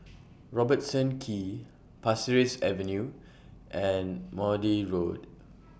Robertson Quay Pasir Ris Avenue and Maude Road